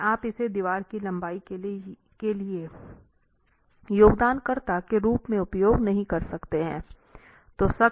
लेकिन आप इसे दीवार की लंबाई के लिए योगदानकर्ता के रूप में उपयोग नहीं कर सकते हैं